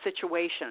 situation